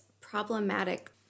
problematic